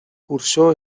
cursó